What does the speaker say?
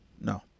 No